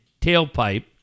tailpipe